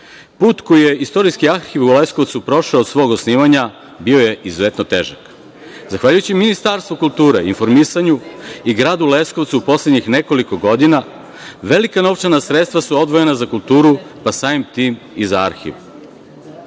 put koji je Istorijski arhiv u Leskovcu prošao od svog osnivanja bio je izuzetno težak. Zahvaljujući Ministarstvu kulture i informisanja i gradu Leskovcu poslednjih nekoliko godina velika novčana sredstva su odvojena za kulturu, pa samim tim i za arhiv. Radi